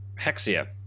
hexia